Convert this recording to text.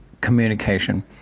communication